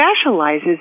specializes